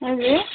हजुर